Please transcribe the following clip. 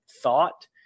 thought